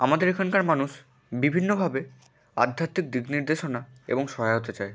আমাদের এখানকার মানুষ বিভিন্নভাবে আধ্যাত্মিক দিক নির্দেশনা এবং সহায়তা চায়